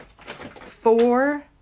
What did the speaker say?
Four